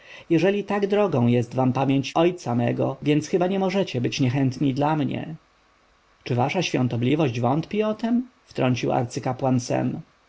jeżeli tak drogą jest wam pamięć mego ojca więc chyba nie możecie być niechętni dla mnie czy wasza świątobliwość wątpi o tem wtrącił arcykapłan